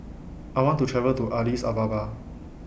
I want to travel to Addis Ababa